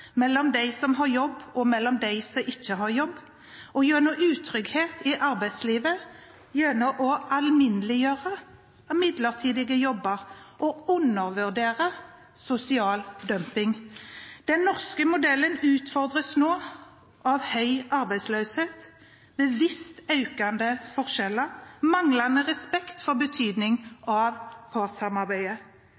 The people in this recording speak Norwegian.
mellom dem som har jobb, og dem som ikke har jobb, og gjennom utrygghet i arbeidslivet ved å alminneliggjøre midlertidige jobber og undervurdere sosial dumping Den norske modellen utfordres nå av høy arbeidsløshet, bevisst økende forskjeller og manglende respekt for